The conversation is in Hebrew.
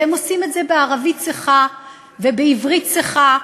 והם עושים את זה בערבית צחה ובעברית צחה,